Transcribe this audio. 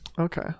Okay